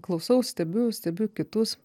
klausau stebiu stebiu kitus